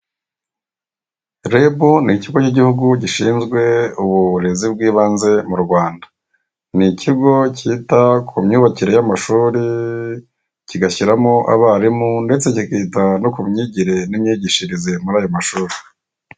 Rebu ni ikigo cy'igihugu gishinzwe uburezi bw'ibanze mu Rwanda. Ni ikigo kita ku myubakire y'amashuri, kigashyiramo abarimu, ndetse kikita no ku myigire n'imyigishirize yo kuri ayo mashuri.